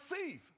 receive